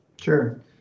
Sure